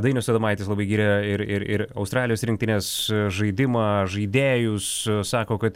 dainius adomaitis labai giria ir ir ir australijos rinktinės žaidimą žaidėjus sako kad